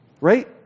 Right